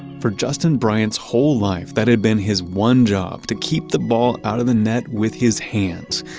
for justin bryant's whole life, that had been his one job, to keep the ball out of the net with his hands.